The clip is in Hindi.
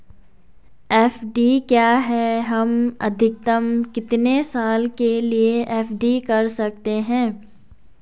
एफ.डी क्या है हम अधिकतम कितने साल के लिए एफ.डी कर सकते हैं?